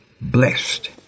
blessed